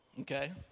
Okay